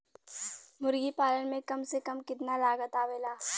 मुर्गी पालन में कम से कम कितना लागत आवेला?